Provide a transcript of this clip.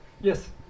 yes